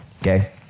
okay